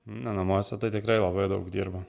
ne namuose tai tikrai labai daug dirba